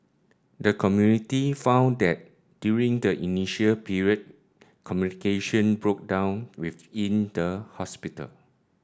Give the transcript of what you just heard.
the committee found that during the initial period communication broke down within the hospital